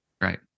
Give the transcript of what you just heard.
Right